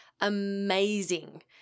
amazing